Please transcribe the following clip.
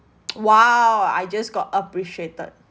!wow! I just got appreciated